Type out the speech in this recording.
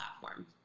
platform